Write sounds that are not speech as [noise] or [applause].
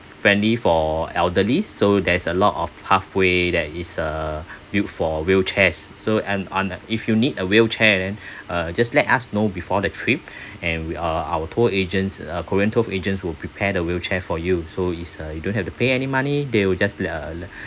friendly for elderly so there's a lot of pathway that is uh [breath] built for wheelchairs so and on if you need a wheelchair then [breath] uh just let us know before the trip [breath] and uh we are our tour agents our korean tour agents will prepare the wheelchair for you so it's a you don't have to pay any money they will just la~ la~